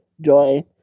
joy